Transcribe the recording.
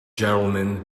gentlemen